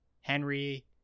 Henry